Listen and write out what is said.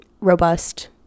robust